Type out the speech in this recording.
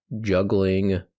juggling